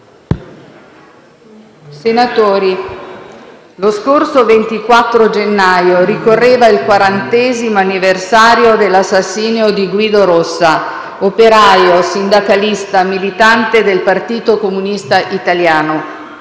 senatori, lo scorso 24 gennaio ricorreva il 40° anniversario dell'assassinio di Guido Rossa, operaio, sindacalista e militante del Partito Comunista Italiano.